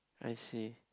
I see